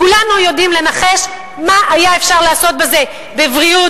כולנו יודעים לנחש מה היה אפשר לעשות בזה בבריאות,